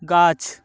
গাছ